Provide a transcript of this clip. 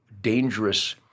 dangerous